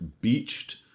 beached